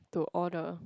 to all the